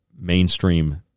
mainstream